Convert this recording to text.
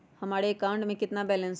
हमारे अकाउंट में कितना बैलेंस है?